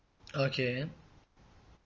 okay